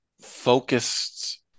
focused